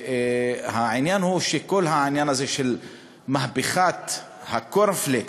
והעניין הוא שכל העניין של מהפכת הקורנפלקס,